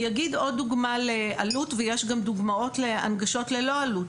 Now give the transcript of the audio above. אני אגיד עוד דוגמה לעלות ויש גם דוגמאות להנגשות ללא עלות,